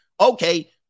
Okay